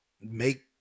make